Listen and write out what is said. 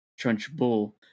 Trunchbull